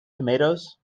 tomatoes